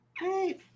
Hey